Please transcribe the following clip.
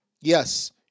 Yes